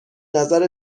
نظر